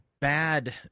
bad